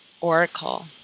oracle